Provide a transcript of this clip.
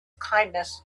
kindness